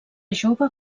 jove